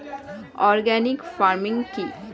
Organic farming কি?